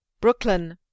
Brooklyn